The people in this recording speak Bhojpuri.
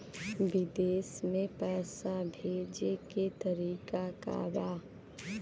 विदेश में पैसा भेजे के तरीका का बा?